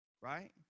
right